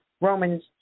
Romans